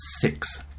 six